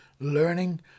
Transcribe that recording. learning